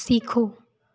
सीखो